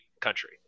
country